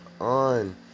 on